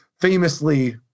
famously